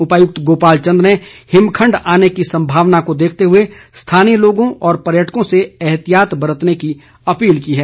उपायुक्त गोपाल चन्द ने हिमखंड आने की संभावना को देखते हुए स्थानीय लोगों व पर्यटकों से एहतियात बरतने की अपील की है